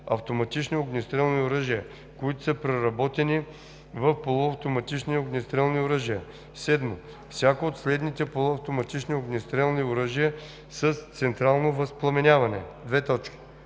автоматични огнестрелни оръжия, които са преработени в полуавтоматични огнестрелни оръжия; 7. всяко от следните полуавтоматични огнестрелни оръжия с централно възпламеняване: а)